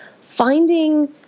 finding